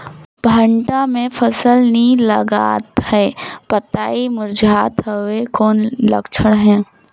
भांटा मे फल नी लागत हे पतई मुरझात हवय कौन लक्षण हे?